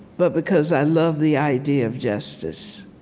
but because i love the idea of justice.